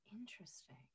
Interesting